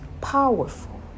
powerful